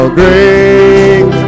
great